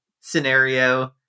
scenario